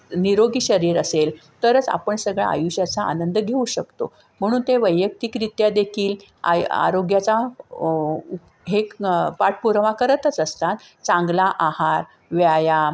निरोगी शरीर असेल तरच आपण सगळ्या आयुष्याचा आनंद घेऊ शकतो म्हणून ते वैयक्तिकरित्या देखील आय आरोग्याचा हे पाठपुरावा करतच असतात चांगला आहार व्यायाम